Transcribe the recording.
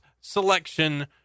selection